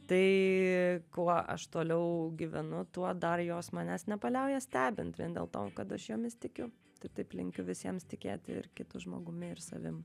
tai kuo aš toliau gyvenu tuo dar jos manęs nepaliauja stebint vien dėl to kad aš jomis tikiu taip taip linkiu visiems tikėti ir kitu žmogumi ir savim